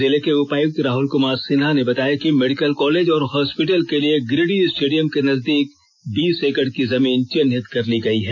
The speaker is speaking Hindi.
जिले के उपायुक्त राहुल कुमार सिन्हा ने बताया कि मेडिकल कॉलेज और हॉस्पिटल के लिए गिरिडीह स्टेडियम के नजदीक बीस एकड़ की जमीन चिन्हित कर ली गयी है